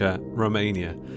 Romania